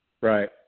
Right